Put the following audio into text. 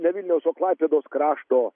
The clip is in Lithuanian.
ne vilniaus o klaipėdos krašto